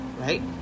right